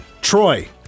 Troy